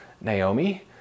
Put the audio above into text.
Naomi